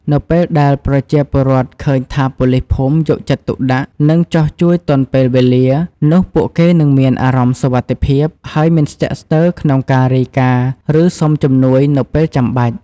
នៅពេលដែលប្រជាពលរដ្ឋឃើញថាប៉ូលីសភូមិយកចិត្តទុកដាក់ និងចុះជួយទាន់ពេលវេលា នោះពួកគេនឹងមានអារម្មណ៍សុវត្ថិភាព ហើយមិនស្ទាក់ស្ទើរក្នុងការរាយការណ៍ ឬសុំជំនួយនៅពេលចាំបាច់។